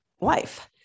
life